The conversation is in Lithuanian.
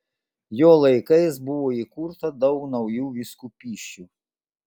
jo laikais buvo įkurta daug naujų vyskupysčių